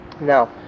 Now